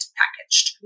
packaged